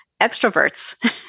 Extroverts